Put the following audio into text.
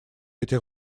этих